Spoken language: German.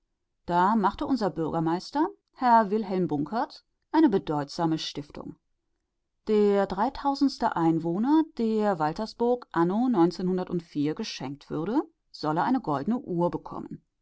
da machte unser bürgermeister herr wilhelm bunkert eine bedeutsame stiftung der dreitausendste einwohner der waltersburg anno geschenkt würde solle eine goldene uhr bekommen